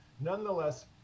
Nonetheless